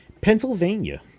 Pennsylvania